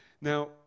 Now